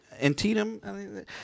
Antietam